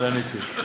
אהלן, איציק.